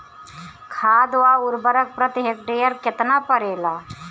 खाद व उर्वरक प्रति हेक्टेयर केतना परेला?